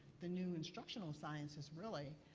the new instructional sciences, really,